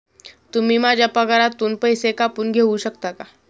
तुम्ही माझ्या पगारातून पैसे कापून घेऊ शकता का?